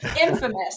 Infamous